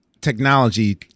technology